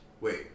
Wait